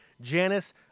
Janice